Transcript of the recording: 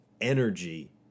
energy